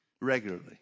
regularly